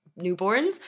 newborns